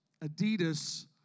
Adidas